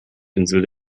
insel